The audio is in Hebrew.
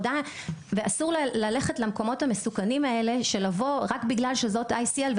אסור ללכת למקומות המסוכנים האלה של לבוא רק בגלל שזאתICL,